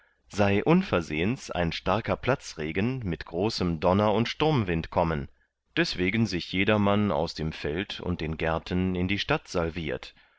sei unversehens ein starker platzregen mit großem donner und sturmwind kommen deswegen sich jedermann aus dem feld und den gärten in die stadt salviert